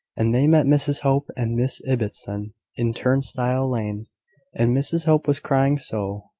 and they met mrs hope and miss ibbotson in turn-stile lane and mrs hope was crying so,